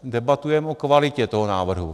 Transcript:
Debatujeme o kvalitě toho návrhu.